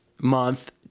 month